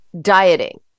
dieting